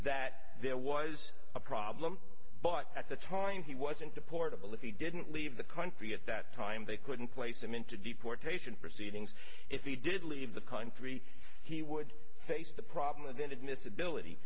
that there was a problem but at the time he wasn't deportable if he didn't leave the country at that time they couldn't place him into deportation proceedings if they did leave the country he would face the problem within admissibility